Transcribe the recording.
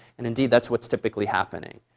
and indeed, that's what's typically happening.